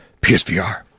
psvr